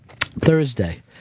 Thursday